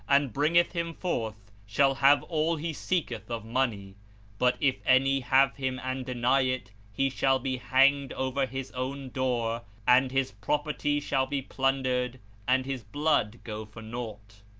and bringeth him forth, shall have all he seeketh of money but if any have him and deny it, he shall be hanged over his own door and his property shall be plundered and his blood go for naught.